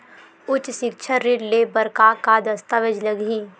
उच्च सिक्छा ऋण ले बर का का दस्तावेज लगही?